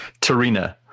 Tarina